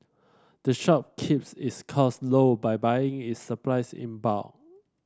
the shop keeps its costs low by buying its supplies in bulk